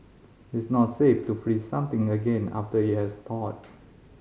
is not safe to freeze something again after it has thawed